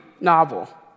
novel